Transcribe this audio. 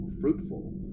fruitful